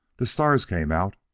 the stars came out,